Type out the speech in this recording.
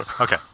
Okay